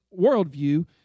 worldview